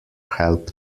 help